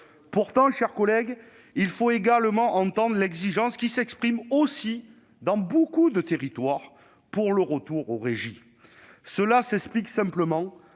Pourtant, chers collègues, il faut également entendre l'exigence qui s'exprime dans beaucoup de territoires pour le retour aux régies. Cela s'explique simplement